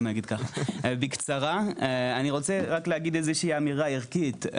בקצרה, אני רוצה להגיד אמירה ערכית.